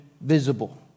visible